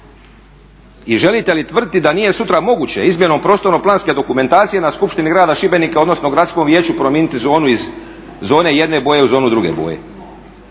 I želite li tvrditi da nije sutra moguće izmjenom prostorno-planske dokumentacije na skupštini Grada Šibenika odnosno Gradskom vijeću promijeniti zonu iz zone jedne boje u zonu druge boje.